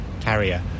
carrier